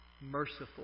merciful